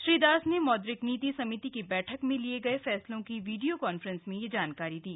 श्री दास ने मौद्रिक नीति समिति की बैठक में लिए गए फैसलों की वीडियो कांफ्रेंस में ये जानकारी दी